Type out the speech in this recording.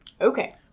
Okay